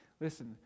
Listen